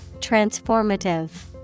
Transformative